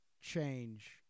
change